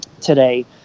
today